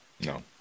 No